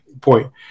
point